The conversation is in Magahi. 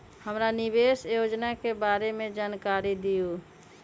हमरा निवेस योजना के बारे में जानकारी दीउ?